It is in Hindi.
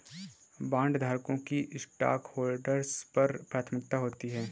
बॉन्डधारकों की स्टॉकहोल्डर्स पर प्राथमिकता होती है